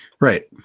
right